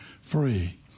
free